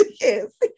Yes